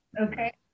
okay